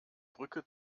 brücke